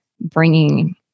bringing